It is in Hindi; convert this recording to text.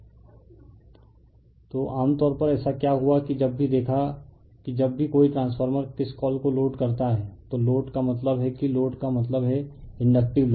रिफर स्लाइड टाइम 2057 तो आम तौर पर ऐसा क्या हुआ कि जब भी देखा कि जब कभी कोई ट्रांसफॉर्मर किस कॉल को लोड करता है तो लोड का मतलब है कि लोड का मतलब है इंडकटिव लोड